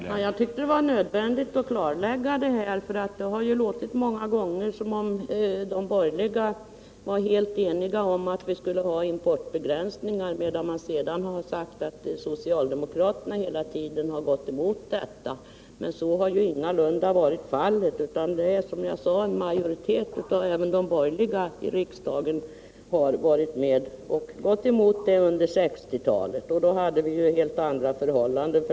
Herr talman! Jag tyckte det var nödvändigt att klarlägga detta; det har många gånger låtit som om de borgerliga var helt eniga om att vi måste ha importbegränsningar, medan socialdemokraterna hela tiden har gått emot detta. Så har ingalunda varit fallet. En majoritet av de borgerliga i riksdagen har också gått emot importbegränsningar under 1960-talet — då hade vi förstås också helt andra förhållanden.